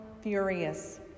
furious